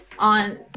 on